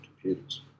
computers